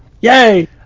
Yay